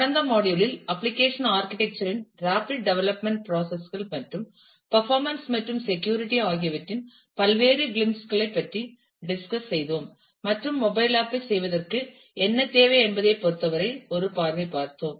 கடந்த மாடியுல் இல் application architecture இன் ராபிட் டெவலப்மென்ட் ப்ராசஸ் கள் மற்றும் பர்பாமன்ஸ் மற்றும் செக்யூரிட்டி ஆகியவற்றின் பல்வேறு கிளிம்ஸ் களை பற்றி டிஸ்கஸ் செய்தோம் மேலும் மொபைல் ஆப் ஐ செய்வதற்கு என்ன தேவை என்பதைப் பொறுத்தவரை ஒரு பார்வை பார்த்தோம்